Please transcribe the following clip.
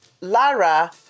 Lara